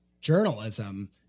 journalism